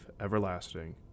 everlasting